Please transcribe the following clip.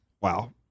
Wow